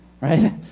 right